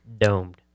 Domed